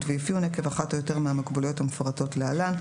ואפיון עקב אחת או יותר מהמוגבלויות המפורטות להלן,